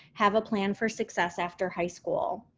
have a plan for success after high school.